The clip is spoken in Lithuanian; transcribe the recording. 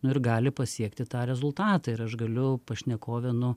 nu ir gali pasiekti tą rezultatą ir aš galiu pašnekovę nu